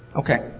ok.